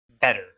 better